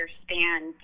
understand